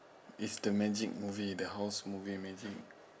it's the magic movie the house movie magic